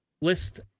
list